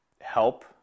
help